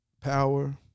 Power